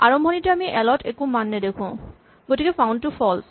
আৰম্ভণিতে আমি এল ত একো মান নেদেখোঁ গতিকে ফাউন্ড টো ফল্চ